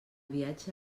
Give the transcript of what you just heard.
viatge